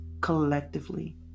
collectively